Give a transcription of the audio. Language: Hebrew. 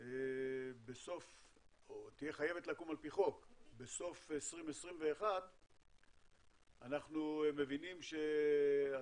או תהיה חייבת לקום על פי חוק בסוף 2021 אנחנו מבינים שהתהליך